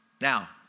Now